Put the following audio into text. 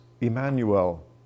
Emmanuel